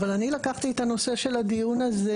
אבל אני לקחתי את הנושא של הדיון הזה